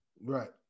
Right